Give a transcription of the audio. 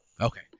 Okay